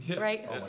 right